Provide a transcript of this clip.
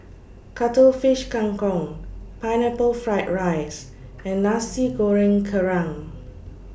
Cuttlefish Kang Kong Pineapple Fried Rice and Nasi Goreng Kerang